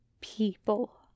people